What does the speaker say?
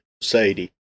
Sadie